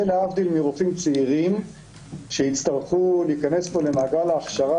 זה להבדיל מרופאים צעירים שיצטרכו להיכנס פה למעגל ההכשרה